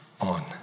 on